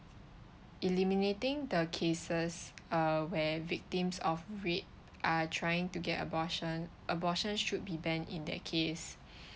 eliminating the cases uh where victims of rape are trying to get abortion abortion should be banned in that case